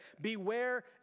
beware